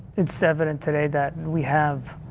it's evident today that we have